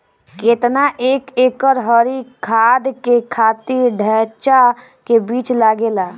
केतना एक एकड़ हरी खाद के खातिर ढैचा के बीज लागेला?